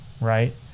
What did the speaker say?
right